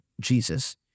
Jesus